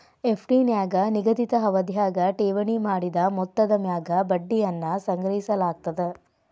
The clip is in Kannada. ಎಫ್.ಡಿ ನ್ಯಾಗ ನಿಗದಿತ ಅವಧ್ಯಾಗ ಠೇವಣಿ ಮಾಡಿದ ಮೊತ್ತದ ಮ್ಯಾಗ ಬಡ್ಡಿಯನ್ನ ಸಂಗ್ರಹಿಸಲಾಗ್ತದ